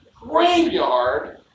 graveyard